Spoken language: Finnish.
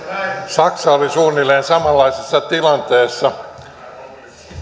saksa oli suunnilleen samanlaisessa tilanteessa